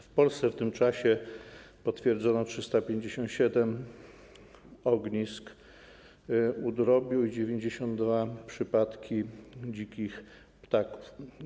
W Polsce w tym czasie potwierdzono 357 ognisk u drobiu i 92 przypadki u dzikich ptaków.